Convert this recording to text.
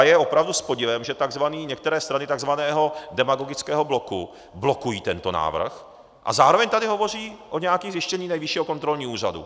Je opravdu s podivem, že některé strany takzvaného demagogického bloku blokují tento návrh a zároveň tady hovoří o nějakých zjištěních Nejvyššího kontrolního úřadu.